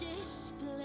display